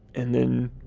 and then,